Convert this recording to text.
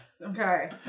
Okay